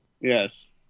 Yes